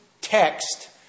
text